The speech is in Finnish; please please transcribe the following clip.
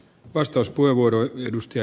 arvoisa puhemies